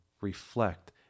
reflect